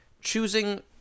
choosing